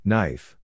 Knife